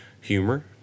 Humor